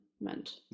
meant